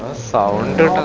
solid and